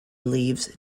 leaves